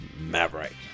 Maverick